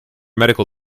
medical